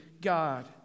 God